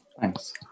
thanks